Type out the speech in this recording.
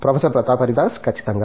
professor Pratap Haridas ఖచ్చితంగా